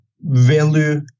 value